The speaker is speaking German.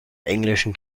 englischen